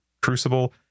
crucible